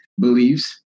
Believes